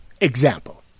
Example